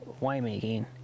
winemaking